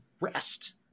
rest